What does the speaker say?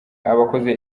abakoze